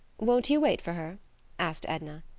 won't you wait for her asked edna.